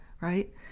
right